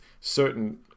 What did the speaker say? certain